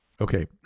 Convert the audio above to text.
Okay